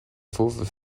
fauves